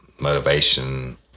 motivation